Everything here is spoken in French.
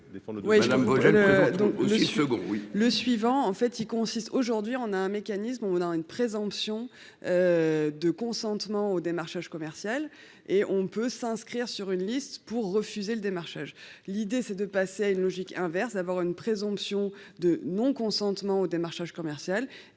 le suivant. En fait il consiste, aujourd'hui on a un mécanisme ou dans une présomption. De consentement au démarchage commercial et on peut s'inscrire sur une liste pour refuser le démarchage. L'idée c'est de passer à une logique inverse d'avoir une présomption de non-consentement au démarchage commercial